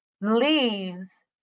leaves